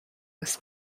this